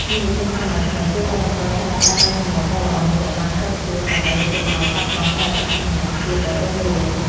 យុវជនសម័យថ្មីគួរតែបន្តថែរក្សានូវទម្លាប់ដ៏ល្អនេះឱ្យបានខ្ជាប់ខ្ជួនដើម្បីកុំឱ្យបាត់បង់នូវអត្តសញ្ញាណជាតិដ៏រុងរឿង។